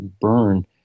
burn